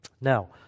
Now